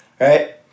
right